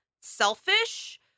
selfish